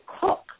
cook